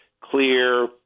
clear